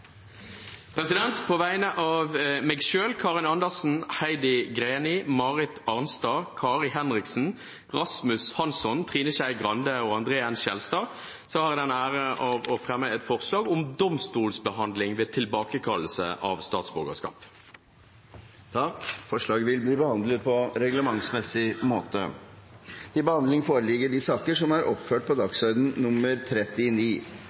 På vegne av stortingsrepresentantene Karin Andersen, Heidi Greni, Marit Arnstad, Kari Henriksen, Rasmus Hansson, Trine Skei Grande, André N. Skjelstad og meg selv har jeg den ære å framsette et forslag om domstolsbehandling ved tilbakekallelse av statsborgerskap. Forslaget vil bli behandlet på reglementsmessig måte. Takk for anledningen til